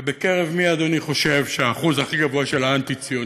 ובקרב מי אדוני חושב האחוז הכי גבוה של האנטי-ציונים?